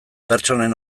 pertsonen